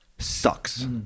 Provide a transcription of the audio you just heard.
sucks